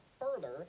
further